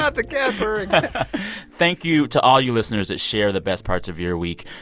not the cat purring thank you to all you listeners that share the best parts of your week.